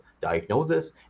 diagnosis